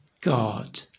God